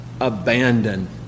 abandon